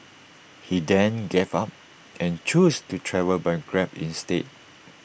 he then gave up and chose to travel by grab instead